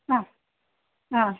हा हा